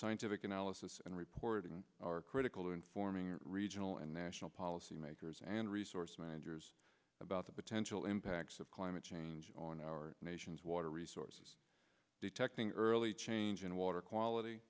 scientific analysis and reporting are critical to informing regional and national policy makers and resource managers about the potential impacts of climate change on our nations water resources detecting early change in water quality